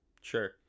Sure